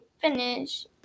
finish